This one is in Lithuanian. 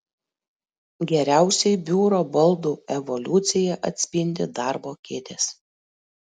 geriausiai biuro baldų evoliuciją atspindi darbo kėdės